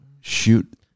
shoot